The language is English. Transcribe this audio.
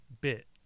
bit